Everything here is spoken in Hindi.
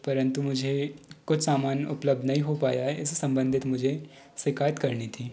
परंतु मुझे कुछ सामान उपलब्ध नहीं हो पाया है इस सम्बंधित मुझे शिकायत करनी थी